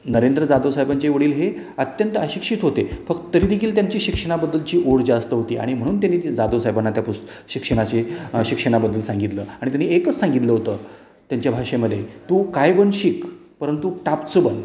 नरेंद्र जाधव साहेबांचे वडील हे अत्यंत अशिक्षित होते फक्त तरीदेखील त्यांची शिक्षणाबद्दलची ओढ जास्त होती आणि म्हणून त्यांनी जाधव साहेबांना त्या पुस्त शिक्षणाचे शिक्षणाबद्दल सांगितलं आणि त्यांनी एकच सांगितलं होतं त्यांच्या भाषेमध्ये तू काय पण शिक परंतु टापचं बन